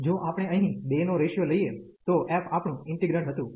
જો આપણે અહીં 2 નો રેશીયો લઈએ તો f આપણું ઈન્ટિગ્રેન્ડ હતું